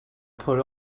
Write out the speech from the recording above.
put